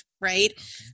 right